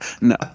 No